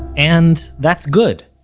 and that's good,